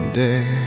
day